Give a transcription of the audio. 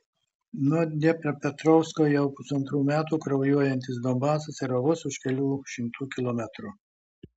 nuo dniepropetrovsko jau pusantrų metų kraujuojantis donbasas yra vos už kelių šimtų kilometrų